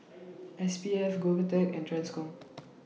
S P F Govtech and TRANSCOM